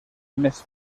més